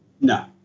No